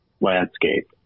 landscape